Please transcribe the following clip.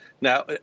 Now